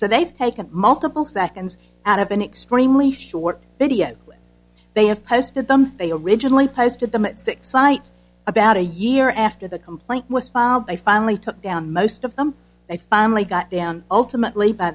so they've taken multiple seconds out of an extremely short video they have posted them they originally posted them at six sites about a year after the complaint was filed they finally took down most of them they finally got down ultimately by